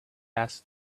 asked